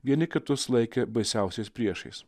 vieni kitus laikė baisiausiais priešais